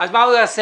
אז מה הוא יעשה?